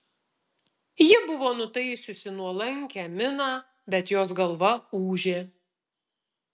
ji buvo nutaisiusi nuolankią miną bet jos galva ūžė